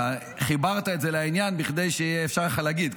חיברת את זה לעניין כדי שיתאפשר לך להגיד.